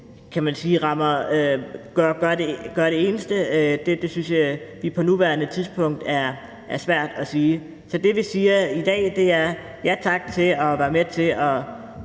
det eneste, der kan gøres, synes jeg det på nuværende tidspunkt er svært at sige. Så det, vi siger i dag, er ja tak til at være med til at